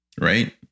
Right